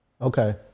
Okay